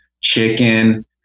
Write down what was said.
chicken